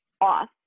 off